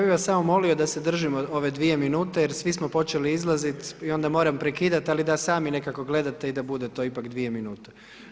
Ja bi vas samo molio da se držimo ove 2 minute jer svi smo počeli izlaziti i onda moram prekidat, ali da sami nekako gledate i da bude to ipak 2 minute.